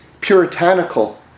puritanical